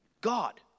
God